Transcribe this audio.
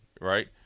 right